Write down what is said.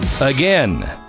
again